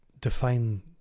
define